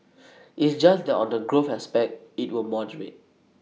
it's just that on the growth aspect IT will moderate